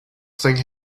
thing